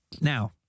Now